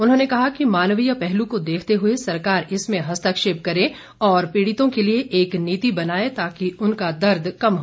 उन्होंने कहा कि मानवीय पहलू को देखते हुए सरकार इसमें हस्तक्षेप करे और पीड़ितों के लिए एक नीति बनाए ताकि उनका दर्द कम हो सके